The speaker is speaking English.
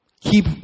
keep